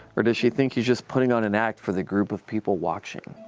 or does she think he's just putting on an act for the group of people watching?